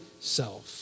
self